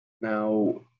Now